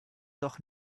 doch